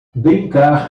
brincar